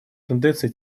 тенденций